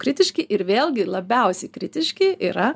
kritiški ir vėlgi labiausiai kritiški yra